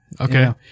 Okay